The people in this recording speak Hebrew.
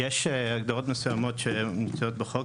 יש הגדרות מסוימות שמופיעות בחוק,